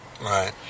Right